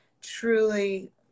truly